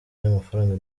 n’amafaranga